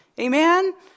Amen